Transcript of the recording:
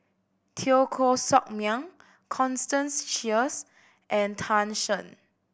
Teo Koh Sock Miang Constance Sheares and Tan Shen